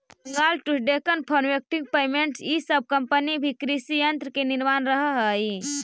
Bengal tools, Deccan farm equipments इ सब company भी कृषि यन्त्र के निर्माण करऽ हई